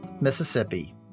Mississippi